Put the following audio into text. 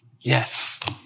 Yes